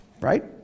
Right